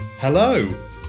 Hello